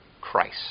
Christ